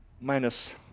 Minus